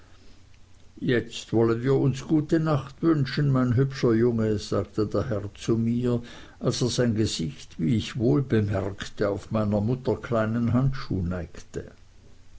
jetzt wollen wir uns gute nacht wünschen mein hübscher junge sagte der herr zu mir als er sein gesicht wie ich wohl bemerkte auf meiner mutter kleinen handschuh neigte